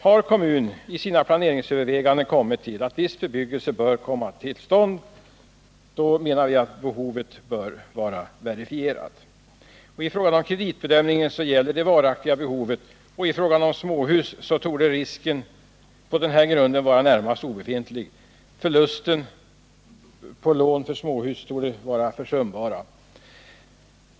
Har kommun i sina planeringsöverväganden kommit till att viss bebyggelse bör komma till stånd menar vi att behovet bör vara verifierat. I fråga om kreditbedömningen gäller det varaktiga behovet, och i fråga om småhus torde risken på denna grund vara närmast obefintlig. Förluster på lån för småhus torde vara försumbara.